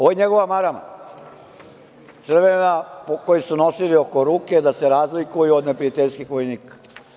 Ovo je njegova marama, crvena, koju su nosili oko ruke da se razlikuju od neprijateljskih vojnika.